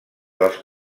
dels